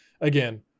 again